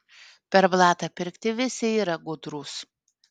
per blatą pirkti visi yra gudrūs